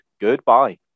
Goodbye